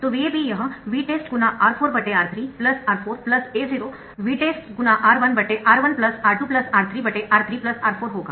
तो VAB यह Vtest×R4R3 R4 A0 Vtest R1R1 R2×R3 R3 R4 होगा